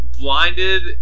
Blinded